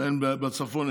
אין בעיה בצפון.